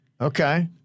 Okay